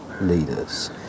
leaders